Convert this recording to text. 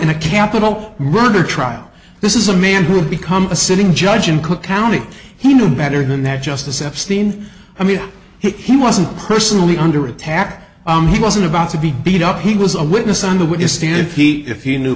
in a capital murder trial this is a man who will become a sitting judge in cook county he knew better than that justice epstein i mean he wasn't personally under attack he wasn't about to be beat up he was a witness on the witness stand and he if he knew